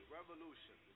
Revolution